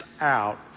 out